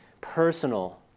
Personal